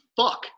fuck